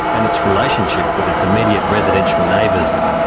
and its relationship with its immediate residential neighbours.